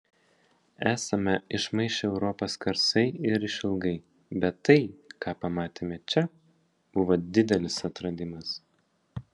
esame išmaišę europą skersai ir išilgai bet tai ką pamatėme čia buvo didelis atradimas